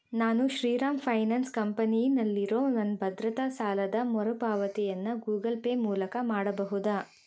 ನಾನು ಶ್ರೀರಾಮ್ ಫೈನಾನ್ಸ್ ಕಂಪನಿಯಲ್ಲಿರೋ ನನ್ನ ಭದ್ರತಾ ಸಾಲದ ಮರುಪಾವತಿಯನ್ನು ಗೂಗಲ್ ಪೇ ಮೂಲಕ ಮಾಡಬಹುದೇ